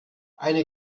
eine